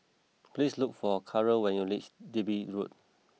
please look for Karyl when you least Digby Road